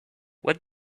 what